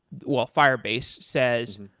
well, firebase says,